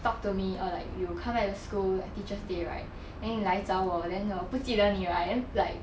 talk to me or like you come back to school like teachers day right then 你来找我 then 我不记得你 right then like